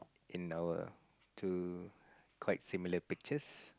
in our two quite similar pictures